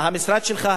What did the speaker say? המשרד שלך,